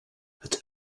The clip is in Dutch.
het